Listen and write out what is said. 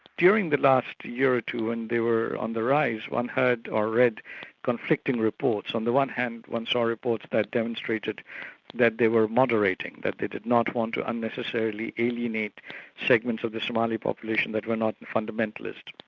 during the last year or two when and they were on the rise, one heard or read conflicting reports. on the one hand, one saw reports that demonstrated that they were moderating, that they did not want to unnecessarily alienate segments of the somali population that were not fundamentalist.